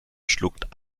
schluckt